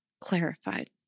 clarified